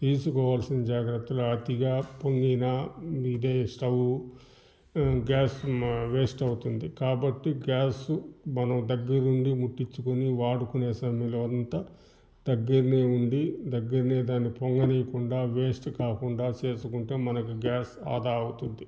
తీసుకోవాల్సిన జాగ్రత్తలు అతిగా పొంగినా ఇదే స్టవ్వు గ్యాస్ వేస్టవుతుంది కాబట్టి గ్యాసు మనం దగ్గరుండి ముట్టించుకొని వాడుకొనే సమయంలో అంతా దగ్గిరినే ఉండి దగ్గిరినే దాన్ని పొంగనీకుండా వేస్ట్ కాకుండా చేసుకుంటే మనకు గ్యాస్ ఆదా అవుతుంది